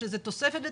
יש לזה תוספת בתקנות,